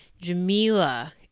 Jamila